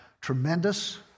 tremendous